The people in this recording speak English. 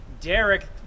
Derek